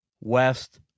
west